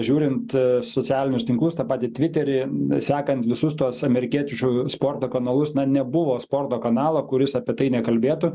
žiūrint socialinius tinklus tą patį tviterį sekant visus tuos amerikiečių sporto kanalus na nebuvo sporto kanalo kuris apie tai nekalbėtų